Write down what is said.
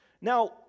Now